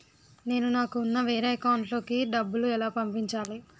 నేను నాకు ఉన్న వేరే అకౌంట్ లో కి డబ్బులు ఎలా పంపించాలి?